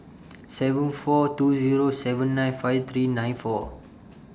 seven four two Zero seven nine five three nine four